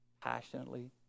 passionately